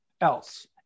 else